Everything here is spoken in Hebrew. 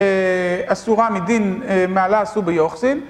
אסורה מדין מעלה עשו ביוחסין